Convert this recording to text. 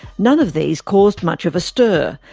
none of these caused much of a stir,